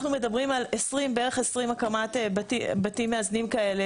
אנחנו מדברים על הקמת בערך 20 בתים מאזנים כאלה